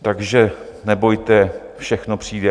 Takže nebojte, všechno přijde.